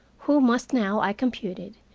who must now, i computed,